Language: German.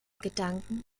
gedanken